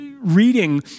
reading